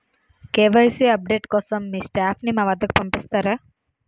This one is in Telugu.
కే.వై.సీ అప్ డేట్ కోసం మీ స్టాఫ్ ని మా వద్దకు పంపిస్తారా?